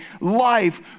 life